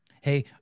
Hey